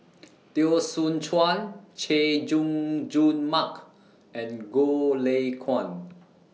Teo Soon Chuan Chay Jung Jun Mark and Goh Lay Kuan